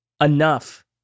enough